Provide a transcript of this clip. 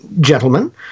gentlemen